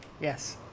yes